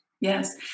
yes